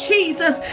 Jesus